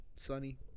Sunny